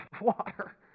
water